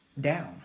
down